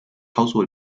操作